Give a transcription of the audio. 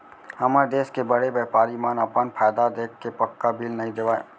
हमर देस के बड़े बैपारी मन अपन फायदा देखके पक्का बिल नइ देवय